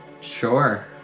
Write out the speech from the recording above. Sure